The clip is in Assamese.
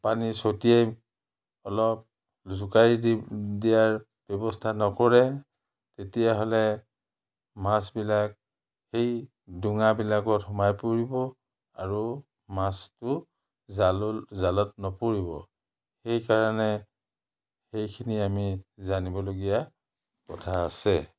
পানী ছটিয়াই অলপ জোকাৰি দি দিয়াৰ ব্যৱস্থা নকৰে তেতিয়াহ'লে মাছবিলাক সেই ডোঙাবিলাকত সোমাই পৰিব আৰু মাছটো জাল জালত নপৰিব সেইকাৰণে সেইখিনি আমি জানিবলগীয়া কথা আছে